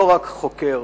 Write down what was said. לא רק חוקר